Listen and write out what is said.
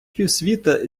півсвіта